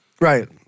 Right